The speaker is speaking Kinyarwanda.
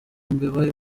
mbeba